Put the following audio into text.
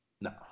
No